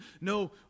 No